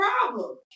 problem